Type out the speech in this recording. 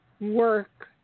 work